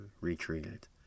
retreated